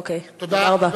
אוקיי, תודה רבה.